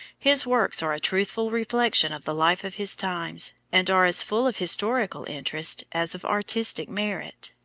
his works are a truthful reflection of the life of his times, and are as full of historical interest as of artistic merit.